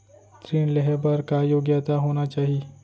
ऋण लेहे बर का योग्यता होना चाही?